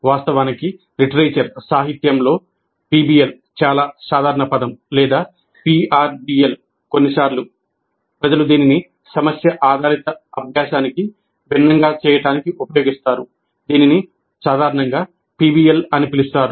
వాస్తవానికి సాహిత్యంలో పిబిఎల్ చాలా సాధారణ పదం లేదా PrBL కొన్నిసార్లు ప్రజలు దీనిని సమస్య ఆధారిత అభ్యాసానికి భిన్నంగా చేయడానికి ఉపయోగిస్తారు దీనిని సాధారణంగా PBL అని పిలుస్తారు